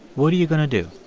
what are you going to do?